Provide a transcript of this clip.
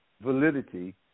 validity